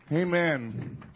Amen